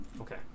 Okay